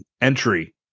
entry